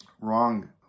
wrong